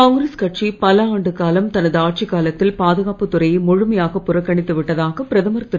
காங்கிரஸ் கட்சி பல ஆண்டு காலம் தனது ஆட்சிக் காலத்தில் பாதுகாப்புத் துறையை முழுமையாகப் புறக்கணித்து விட்டதாக பிரதமர் திரு